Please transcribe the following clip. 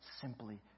simply